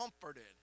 comforted